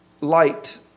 light